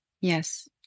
Yes